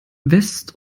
west